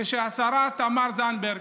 כשהשרה תמר זנדברג,